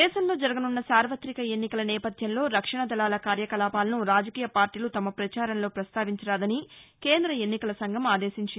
దేశంలో జరగనున్న సార్వతిక ఎన్నికల నేపథ్యంలో రక్షణ దళాల కార్యకలాపాలను రాజకీయ పార్టీలు తమ ప్రచారంలో ప్రస్తావించరాదని కేంద్ర ఎన్నికల సంఘం ఆదేశించింది